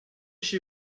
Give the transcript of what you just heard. chez